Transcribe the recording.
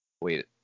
wait